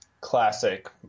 classic